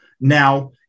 Now